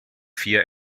vier